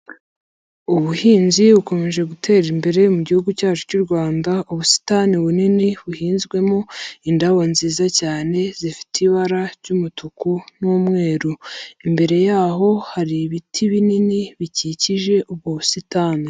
Ubuhinzi bukomeje gutera imbere mu gihugu cyacu cy'u Rwanda, ubusitani bunini buhinzwemo indabo nziza cyane zifite ibara ry'umutuku n'umweru. Imbere yaho hari ibiti binini bikikije ubwo busitani.